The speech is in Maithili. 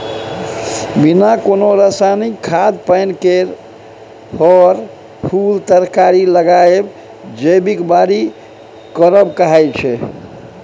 बिना कोनो रासायनिक खाद पानि केर फर, फुल तरकारी लगाएब जैबिक बारी करब कहाइ छै